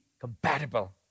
compatible